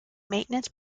maintenance